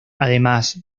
además